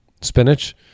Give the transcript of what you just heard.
spinach